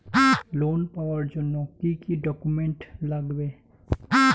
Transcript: Loan পাওয়ার জন্যে কি কি ডকুমেন্ট লাগবে?